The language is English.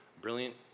brilliant